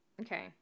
Okay